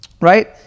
right